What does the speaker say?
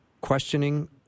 questioning